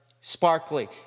sparkly